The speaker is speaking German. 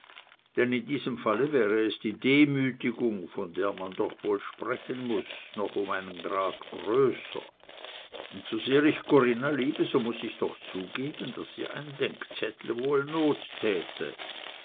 denn in diesem falle wäre die demütigung von der man doch wohl sprechen muß noch um einen grad größer und sosehr ich corinna liebe so muß ich doch zugeben daß ihr ein denkzettel wohl not täte